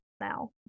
now